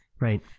Right